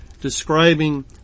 describing